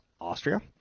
Austria